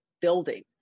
building